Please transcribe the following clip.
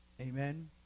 Amen